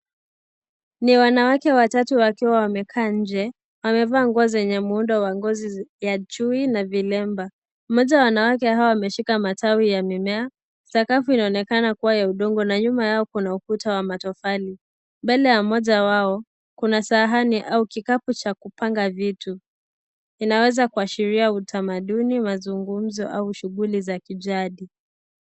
Ni wanawake watatu wakiwa wamekaa nje , wamevaa nguo yenye muundo wa ngozi ya chui na vilemba mmoja wa wanawake hawa ameshika matawi ya mimea , sakafu inaonekana kuwa ya udongo na nyuma yao kuna ukuta wa matofali. Mbele ya mmoja wao kuna sahani au kikapu cha kupanga vitu . Inaweza kuashiria utamaduni , mazungumzo au shughuli za kijadi.